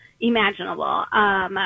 imaginable